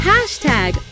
Hashtag